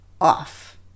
off